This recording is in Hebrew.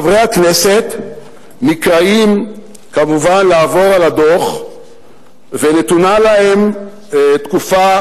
חברי הכנסת נקראים כמובן לעבור על הדוח ונתונה להם תקופה,